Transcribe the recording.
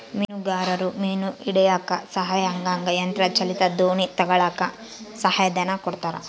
ಮೀನುಗಾರರು ಮೀನು ಹಿಡಿಯಕ್ಕ ಸಹಾಯ ಆಗಂಗ ಯಂತ್ರ ಚಾಲಿತ ದೋಣಿ ತಗಳಕ್ಕ ಸಹಾಯ ಧನ ಕೊಡ್ತಾರ